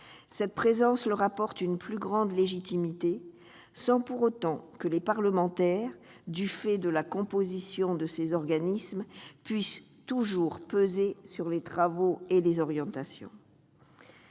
Cette présence apporte en effet une plus grande légitimité à ces derniers, sans pour autant que les parlementaires, du fait de la composition de ces organismes, puissent toujours peser sur les travaux et les orientations.